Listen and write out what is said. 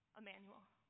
Emmanuel